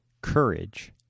courage